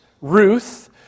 Ruth